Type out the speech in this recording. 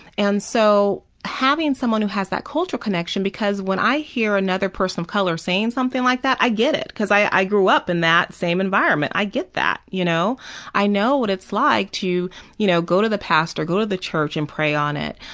and so having someone who has that cultural connection because when i hear another person of color saying something like that, i get it because i grew up in that same environment, and i get that. you know i know what it's like to you know go to the pastor, go to the church and pray on it,